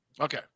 Okay